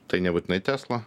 tai nebūtinai tesla